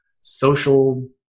social